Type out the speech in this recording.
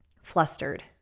flustered